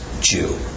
Jew